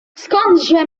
skądże